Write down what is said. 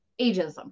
ageism